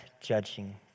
judging